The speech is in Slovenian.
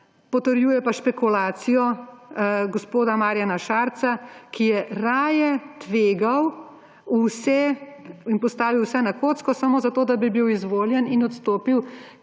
Potrjuje pa špekulacijo gospoda Marjana Šarca, ki je raje tvegal vse in postavil vse na kocko samo zato, da bi bil izvoljen. Odstopil je,